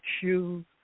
shoes